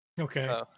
Okay